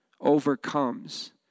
overcomes